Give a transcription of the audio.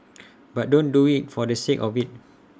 but don't do IT for the sake of IT